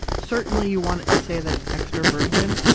certainly you want it to say that it's extra virgin,